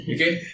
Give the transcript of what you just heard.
Okay